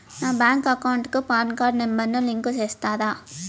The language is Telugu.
నా బ్యాంకు అకౌంట్ కు పాన్ కార్డు నెంబర్ ను లింకు సేస్తారా?